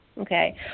Okay